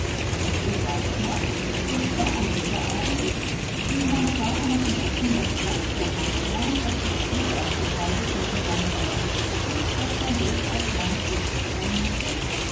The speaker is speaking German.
ich weiß es noch es war ein winterabend wie mein vater nach dem essen das blatt zur hand nahm das ich so aufgefaltet neben seinen teller gelegt hatte daß sein blick auf mein produkt fallen mußte